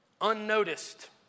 unnoticed